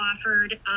offered